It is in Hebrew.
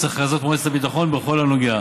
הכרזות מועצת הביטחון בכל הנוגע לפרוליפרציה.